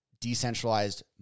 decentralized